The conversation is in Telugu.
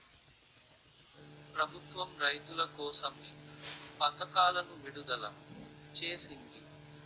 ప్రభుత్వం రైతుల కోసం ఏ పథకాలను విడుదల చేసింది?